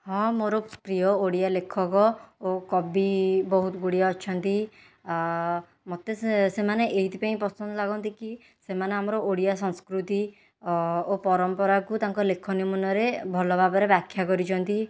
ହଁ ମୋର ପ୍ରିୟ ଓଡ଼ିଆ ଲେଖକ ଓ କବି ବହୁତ ଗୁଡ଼ିଏ ଅଛନ୍ତି ମୋତେ ସେ ସେମାନେ ଏଥିପାଇଁ ପସନ୍ଦ ଲାଗନ୍ତି କି ସେମାନେ ଆମର ଓଡ଼ିଆ ସଂସ୍କୃତି ଓ ପରମ୍ପରାକୁ ତାଙ୍କ ଲେଖନୀ ମୁନରେ ଭଲ ଭାବରେ ବ୍ୟାଖ୍ୟା କରିଛନ୍ତି